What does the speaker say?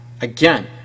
again